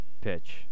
pitch